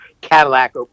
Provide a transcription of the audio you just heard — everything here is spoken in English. Cadillac